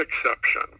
exception